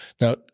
Now